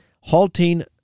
halting